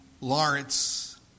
Lawrence